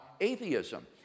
atheism